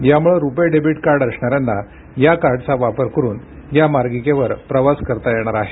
यामुळं RuPay debit card असणाऱ्यांना या कार्डचा वापर करून या मार्गिकेवर प्रवास करता येणार आहे